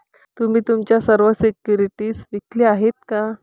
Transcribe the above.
तुम्ही तुमच्या सर्व सिक्युरिटीज विकल्या आहेत का?